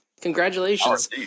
Congratulations